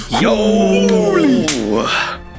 Yo